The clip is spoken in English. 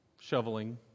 shoveling